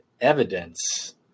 evidence